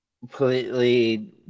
completely